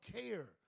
care